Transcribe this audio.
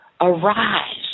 arise